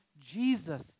Jesus